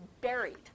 buried